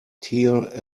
tear